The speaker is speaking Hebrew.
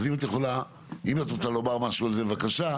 אם את יכולה ורוצה לומר משהו בעניין הזה, בבקשה.